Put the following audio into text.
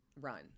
run